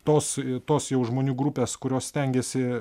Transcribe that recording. tos tos jau žmonių grupės kurios stengiasi